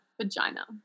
vagina